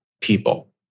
people